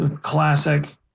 classic